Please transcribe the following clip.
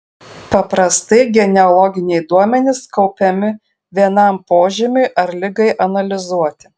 paprastai genealoginiai duomenys kaupiami vienam požymiui ar ligai analizuoti